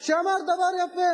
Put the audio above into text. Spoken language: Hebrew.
שאמר דבר יפה: